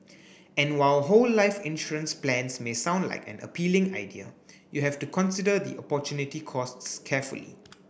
and while whole life insurance plans may sound like an appealing idea you have to consider the opportunity costs carefully